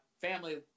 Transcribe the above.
family –